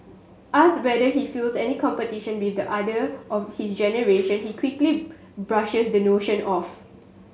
asked whether he feels any competition with the other of his generation he quickly brushes the notion off